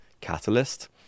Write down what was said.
catalyst